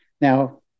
Now